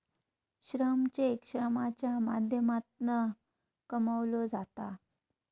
श्रम चेक श्रमाच्या माध्यमातना कमवलो जाता